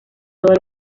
todo